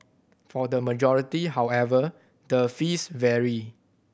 for the majority however the fees vary